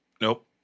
Nope